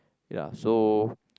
ya so